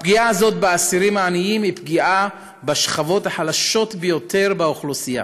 הפגיעה הזאת באסירים העניים היא פגיעה בשכבות החלשות ביותר באוכלוסייה,